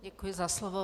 Děkuji za slovo.